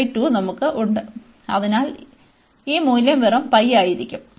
അതിനാൽ ഈ നമുക്ക് ഉണ്ട് അതിനാൽ ഈ മൂല്യം വെറും ആയിരിക്കും